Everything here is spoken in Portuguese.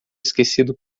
esquecido